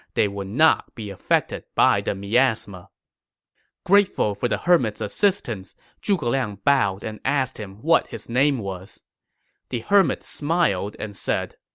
they would not be affected by the miasma grateful for the hermit's assistance, zhuge liang bowed and asked him what his name was the hermit smiled and said,